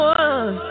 one